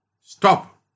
Stop